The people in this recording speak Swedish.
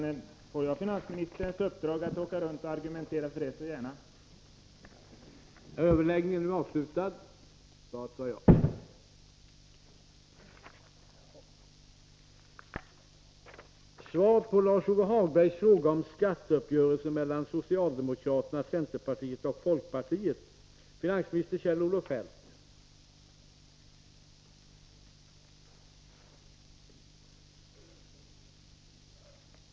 Om jag får finansministerns uppdrag att åka runt och argumentera för det här, så gärna för mig!